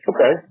Okay